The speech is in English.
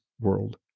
World